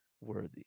worthy